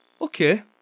okay